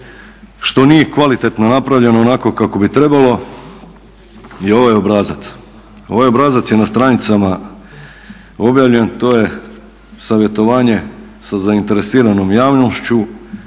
što nije kvalitetno napravljeno onako kao bi trebalo je ovaj obrazac. Ovaj obrazac je na stranicama objavljen, to je savjetovanje sa zainteresiranom javnošću,